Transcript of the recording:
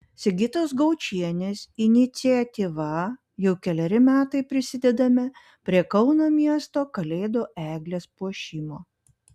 sigitos gaučienės iniciatyva jau keleri metai prisidedame prie kauno miesto kalėdų eglės puošimo